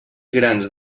grans